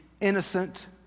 innocent